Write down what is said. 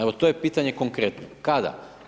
Evo, to je pitanje konkretno, kada?